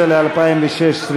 ל-2016,